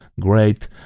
great